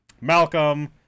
Malcolm